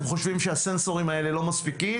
אם אתם חושבים שהסנסורים האלה לא מספיקים